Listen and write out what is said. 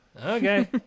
Okay